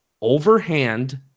overhand